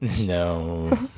No